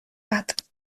bat